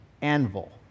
anvil